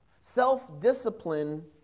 Self-discipline